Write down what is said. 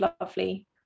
lovely